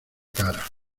cara